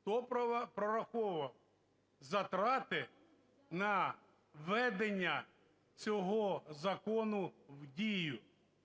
хто прораховував затрати на введення цього закону в дію.